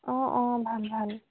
অঁ অঁ ভাল ভাল